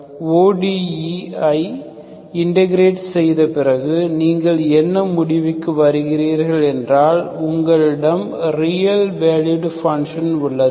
இந்த ODE ஐ integrate செய்த பிறகு நீங்கள் என்ன முடிவுக்கு வருகிறீர்கள் என்றால் உங்களிடம் ரியல் வேலுவ்ட் பங்க்ஷன் உள்ளது